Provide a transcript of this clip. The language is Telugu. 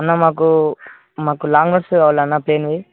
అన్న మాకు మాకు లాంగ్ నోట్స్ కావాలన్న ప్లెయిన్వి